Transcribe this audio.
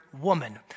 woman